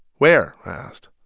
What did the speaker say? where? i asked.